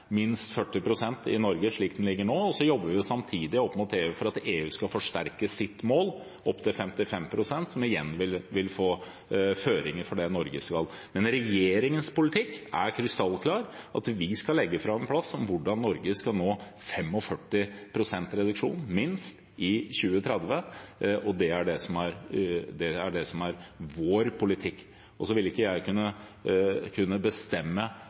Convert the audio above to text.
minst 40 pst. i Norge, slik den foreligger nå, og så jobber vi samtidig opp mot EU for at EU skal forsterke sitt mål opp til 55 pst., som igjen vil gi føringer for Norge. Men regjeringens politikk er krystallklar: Vi skal legge fram en plan for hvordan Norge skal nå minst 45 pst. reduksjon i 2030, og det er det som er vår politikk. Så vil ikke jeg kunne bestemme